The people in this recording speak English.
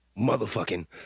motherfucking